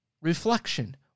reflection